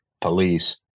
police